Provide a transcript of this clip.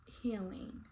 healing